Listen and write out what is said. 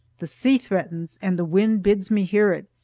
the sea threatens, and the wind bids me hear it,